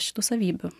šitų savybių